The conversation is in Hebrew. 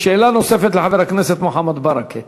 שאלה נוספת לחבר הכנסת מוחמד ברכה.